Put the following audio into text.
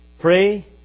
Pray